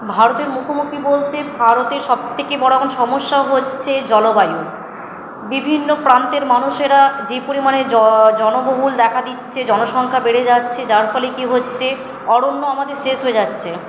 ভারতের মুখোমুখি বলতে ভারতের সব থেকে বড়ো এখন সমস্যা হচ্ছে জলবায়ু বিভিন্ন প্রান্তের মানুষেরা যে পরিমাণে জনবহুল দেখা দিচ্ছে জনসংখ্যা বেড়ে যাচ্ছে যাওয়ার ফলে কী হচ্ছে অরণ্য আমাদের শেষ হয়ে যাচ্ছে